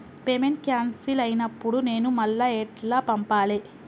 Payment cancel అయినపుడు నేను మళ్ళా ఎట్ల పంపాలే?